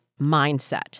mindset